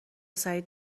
سعید